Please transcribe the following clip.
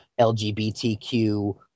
LGBTQ